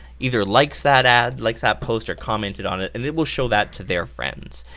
either likes that ad, likes that post or commented on it, and it will show that to their friends.